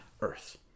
earth